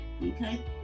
Okay